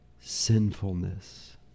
sinfulness